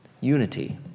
unity